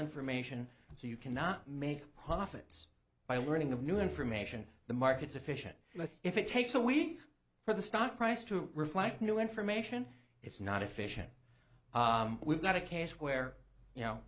information and so you cannot make profits by learning of new information the market sufficient but if it takes a week for the stock price to reflect new information it's not efficient we've got a case where you know